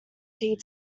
tea